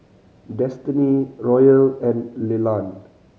Destiny Royal and Leland